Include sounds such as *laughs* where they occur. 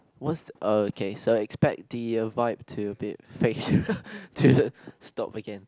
what's err okay so expect the vibe to be a bit fake *laughs* to *laughs* stop again